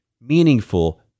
meaningful